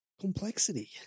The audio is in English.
Complexity